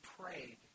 prayed